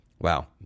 Wow